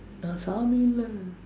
நான் சாமி இல்ல:naan saami illa